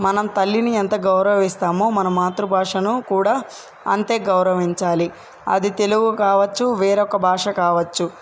మనం తల్లిని ఎంత గౌరవిస్తామో మన మాతృభాషను కూడా అంతే గౌరవించాలి అది తెలుగు కావచ్చు వేరొక భాష కావచ్చు